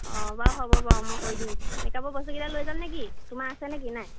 অঁ বাৰু হ'ব বাৰু মই কৰি দিম মেক আপৰ বস্তু কেইটা লৈ যাম নেকি তোমাৰ আছে নে কি নাই